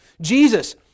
Jesus